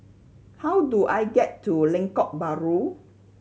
how do I get to Lengkok Bahru